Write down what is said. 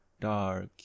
dark